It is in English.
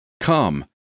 come